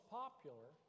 popular